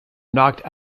knocked